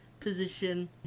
position